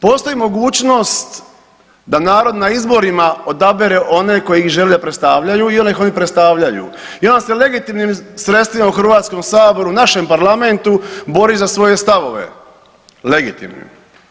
Postoji mogućnost da narod na izborima odabere one koji ih žele i predstavljaju i one koji ih predstavljaju i onda se legitimnim sredstvima u Hrvatskom saboru, našem parlamentu bori za svoje stavove, legitimne.